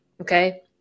okay